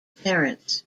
parents